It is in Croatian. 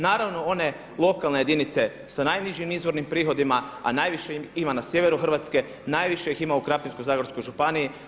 Naravno one lokalne jedinice s najnižim izvornim prihodima, a najviše ih ima na sjeveru Hrvatske, najviše ih ima u Krapinsko-zagorskoj županiji.